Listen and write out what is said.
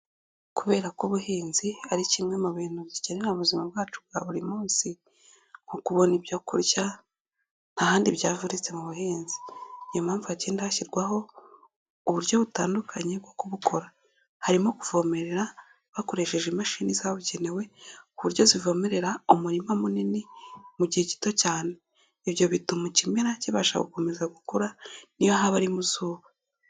Kubera ko ubuhinzi ari kimwe mu bintu dukenera ubuzima bwacu bwa buri munsi nko kubona ibyoku kurya, nta handi byavunitse mu buhinzi. Niyo mpamvu hagenda hashyirwaho uburyo butandukanye bwo kubukora. Harimo kuvomerera bakoresheje imashini zabugenenewe ku buryo zivomerera umurima munini mu mugihe gito cyane. Ibyo bituma ikimera kibasha gukomezakura n'iyo haba ari mu zuba.